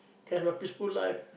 can have a peaceful life